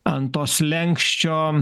ant to slenksčio